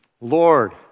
Lord